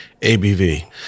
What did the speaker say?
ABV